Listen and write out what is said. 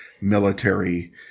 military